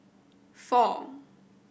four